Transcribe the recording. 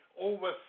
Over